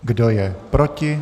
Kdo je proti?